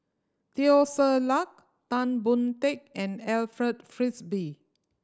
Teo Ser Luck Tan Boon Teik and Alfred Frisby